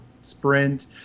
Sprint